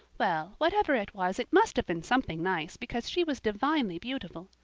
well, whatever it was it must have been something nice because she was divinely beautiful.